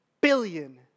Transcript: billion